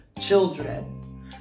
children